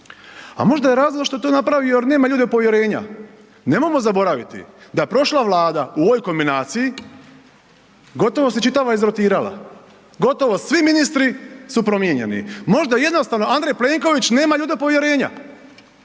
A možda je razlog što je to napravio jer nema ljude od povjerenja. Nemojmo zaboraviti da prošla Vlada u ovoj kombinaciji gotovo se čitava izrotirala, gotovo svi ministri su promijenjeni. Možda jednostavno Andrej Plenković nema ljude od povjerenja,